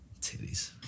titties